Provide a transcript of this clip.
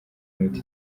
iminota